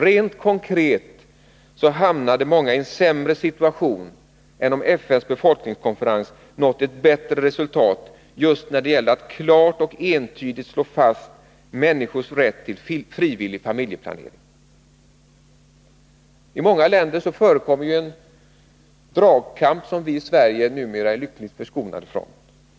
Rent konkret hamnade många i en sämre situation än om FN:s befolkningskonferens nått ett bättre resultat just när det gäller att klart och entydigt slå fast människors rätt till frivillig familjeplanering. I många länder förekommer en dragkamp, som vi i Sverige numera är lyckligt förskonade från.